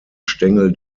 stängel